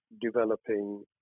developing